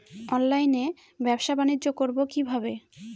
অনলাইনে ব্যবসা বানিজ্য করব কিভাবে?